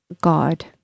God